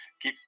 que